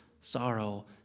sorrow